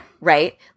right